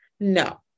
No